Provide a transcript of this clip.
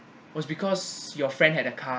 was because your friend had a car